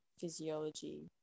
physiology